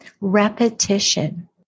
repetition